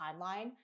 timeline